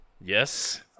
Yes